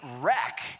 wreck